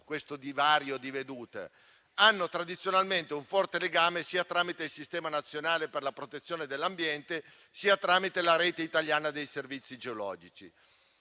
questo divario di vedute: hanno tradizionalmente un forte legame, sia tramite il sistema nazionale per la protezione dell'ambiente, sia tramite la rete italiana dei servizi geologici.